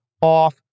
off